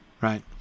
right